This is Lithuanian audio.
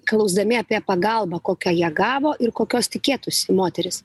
klausdami apie pagalbą kokią jie gavo ir kokios tikėtųsi moterys